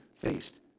faced